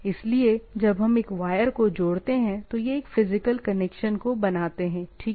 इसलिए जब हम एक वायर को जोड़ते हैं तो यह एक फिजिकल कनेक्शन को बनाते है ठीक है